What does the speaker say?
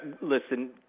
Listen